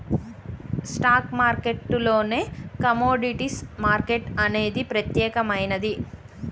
stock మార్కెట్టులోనే commodities market అనేది ప్రత్యేకమైనది